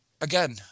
again